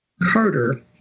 carter